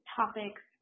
topics